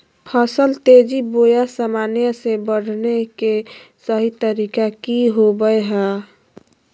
फसल तेजी बोया सामान्य से बढने के सहि तरीका कि होवय हैय?